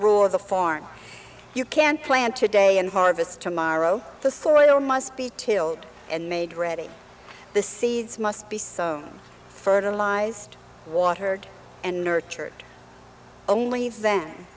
rules a form you can plant today and harvest tomorrow the soil or must be tilled and made ready the seeds must be so fertilized watered and nurtured only then